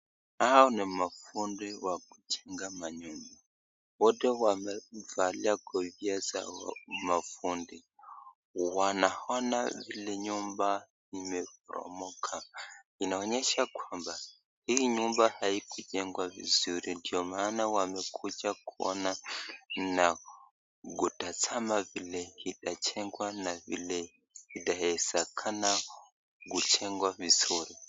Hawa ni mafundi wa kujenga manyumba wote wamevalia kofia ya mafundi wanaona vile nyumba imeporomoka inaonyesha kwamba hii nyumba haikujengwa vizuri ndio maana wamekuja kuona na kutazama vile itajengwa na vile itawezekana kujengwa vizuri.